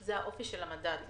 זה האופי של המדד.